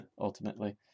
Ultimately